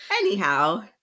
anyhow